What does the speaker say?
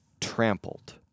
trampled